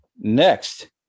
next